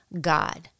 God